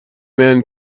men